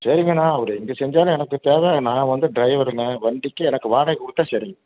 சரிங்க அண்ணா ஒரு எங்கே செஞ்சாலும் எனக்குத் தேவை நான் வந்து டிரைவர் அண்ணே வண்டிக்கு எனக்கு வாடகை கொடுத்தா சரிங்க